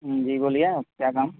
جی بولیے کیا کام